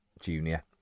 Junior